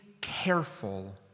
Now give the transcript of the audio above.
careful